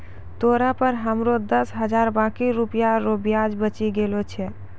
तोरा पर हमरो दस हजार बाकी रुपिया रो ब्याज बचि गेलो छय